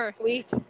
sweet